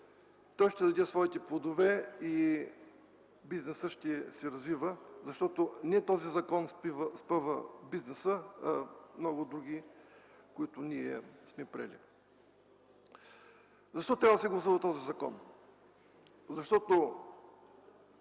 той ще даде своите плодове и бизнесът ще се развива, защото не този закон спъва бизнеса, а много други, които ние сме приели. Защо трябва да се гласува този закон? Защото